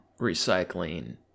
recycling